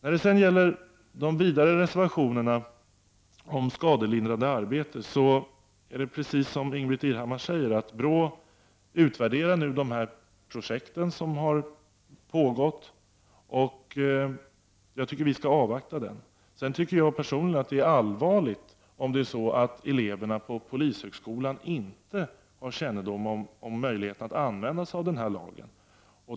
Beträffande reservationen om skadelindrande arbete vill jag säga att det är precis som Ingbritt Irhammar framhåller, nämligen att BRÅ nu utvärderar de projekt som har pågått, och jag tycker att vi skall avvakta den utvärderingen. Jag tycker personligen att det är allvarligt om eleverna på polishögskolan inte har kännedom om polisens möjligheter att använda sig av denna lag.